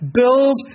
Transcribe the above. build